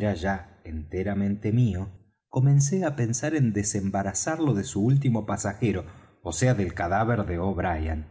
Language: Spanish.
ya enteramente mío comencé á pensar en desembarazarlo de su último pasajero ó sea del cadáver de o'brien